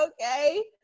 okay